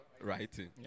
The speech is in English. writing